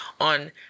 on